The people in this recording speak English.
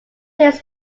tears